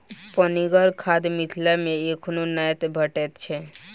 पनिगर खाद मिथिला मे एखनो नै भेटैत छै